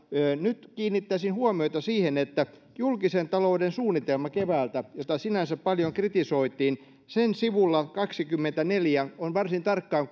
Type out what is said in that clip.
nyt kiinnittäisin huomiota siihen että julkisen talouden suunnitelmassa keväältä sitä sinänsä paljon kritisoitiin ja sen sivulla kaksikymmentäneljä on varsin tarkkaan